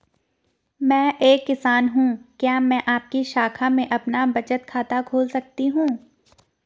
मैं एक किसान हूँ क्या मैं आपकी शाखा में अपना बचत खाता खोल सकती हूँ?